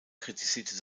kritisierte